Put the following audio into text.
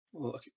okay